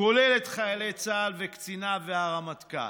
כולל את חיילי צה"ל וקציניו והרמטכ"ל.